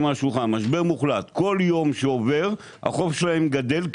כל יום שעובר החוב שלהם גדל,